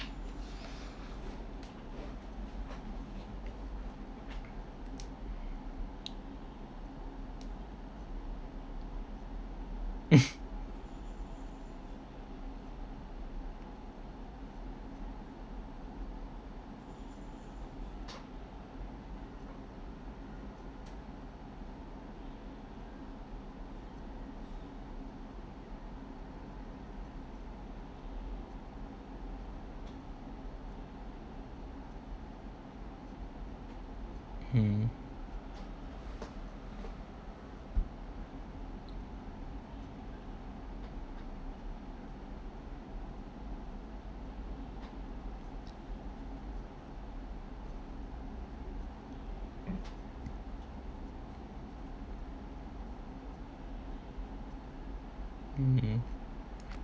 mm mm